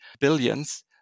billions